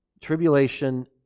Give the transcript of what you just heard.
tribulation